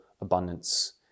abundance